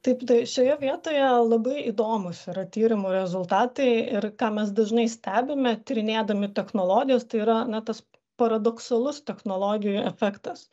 taip tai šioje vietoje labai įdomūs yra tyrimų rezultatai ir ką mes dažnai stebime tyrinėdami technologijas tai yra na tas paradoksalus technologijų efektas